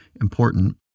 important